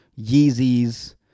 Yeezys